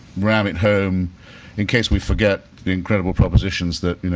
ram it home in case we forget the incredible propositions that, you know